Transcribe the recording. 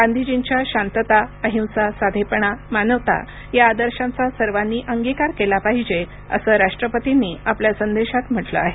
गांधीजींच्या शांतता अहिंसा साधेपणा मानवता या आदर्शांचा सर्वांनी अंगिकार केला पाहिजे असं राष्ट्रपतींनी आपल्या संदेशात म्हटलं आहे